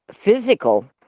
physical